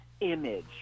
image